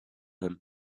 him